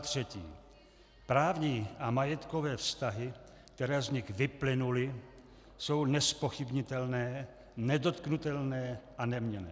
3. právní a majetkové vztahy, které z nich vyplynuly, jsou nezpochybnitelné, nedotknutelné a neměnné.